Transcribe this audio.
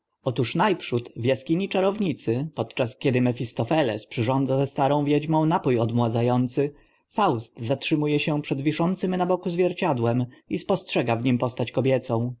otóż na przód w askini u czarownicy podczas kiedy mefistofeles przyrządza ze starą wiedźmą napó odmładza ący faust zatrzymu e się przed wiszącym na boku zwierciadłem i spostrzega w nim postać kobiecą